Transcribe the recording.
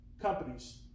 companies